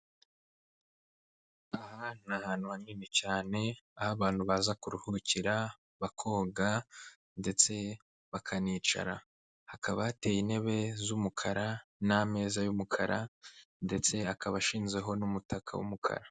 Aha ni ahantu hanini cyane. Aho abantu baza kuruhukira bakoga ndetse bakanicara. Hakaba hateye intebe z'umukara n'ameza y'umukara ndetse akaba ashinzeho n'umutaka w'umukara.